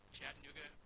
Chattanooga